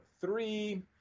three